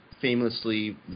famously